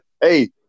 Hey